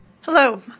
Hello